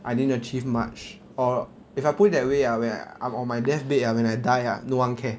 I didn't achieve much or if I put it that way ah when I I'm on my death bed ah when I die ah no one care